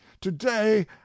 today